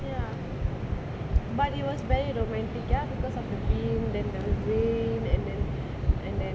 ya but it was very romantic ya because of the wind and the wave and then and then